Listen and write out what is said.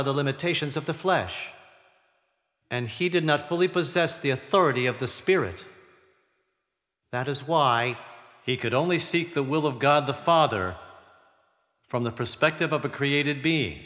by the limitations of the flesh and he did not fully possess the authority of the spirit that is why he could only seek the will of god the father from the perspective of a created be